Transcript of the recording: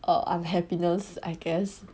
err unhappiness I guess